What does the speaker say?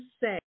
say